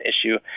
issue